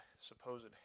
supposed